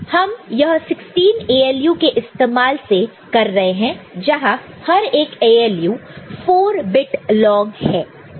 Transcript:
हम यह 16 ALU के इस्तेमाल से कर रहे हैं जहां हर एक ALU 4 बिट लॉन्ग है